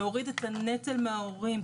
להוריד את הנטל מההורים,